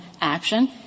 action